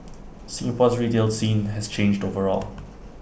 Singapore's retail scene has changed overall